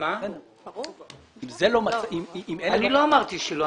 אני לא אמרתי שלא.